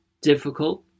difficult